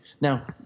now